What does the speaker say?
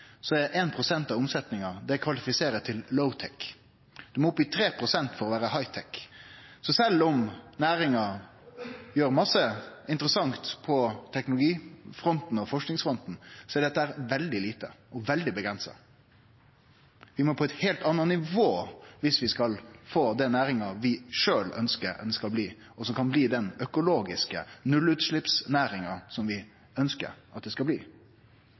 Så sjølv om næringa gjer masse interessant på teknologifronten og forskingsfronten, er dette veldig lite. Vi må på eit heilt anna nivå viss vi skal få den næringa vi sjølve ønskjer å ha, og som kan bli den økologiske nullutsleppsnæringa som vi ønskjer at ho skal bli.